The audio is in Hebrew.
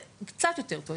קצת יותר טוב,